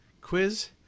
quiz